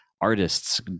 artists